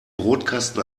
brotkasten